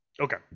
Okay